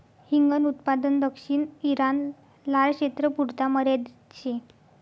हिंगन उत्पादन दक्षिण ईरान, लारक्षेत्रपुरता मर्यादित शे